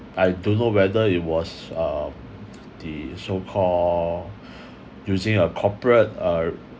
I don't know whether it was um the so called using a corporate uh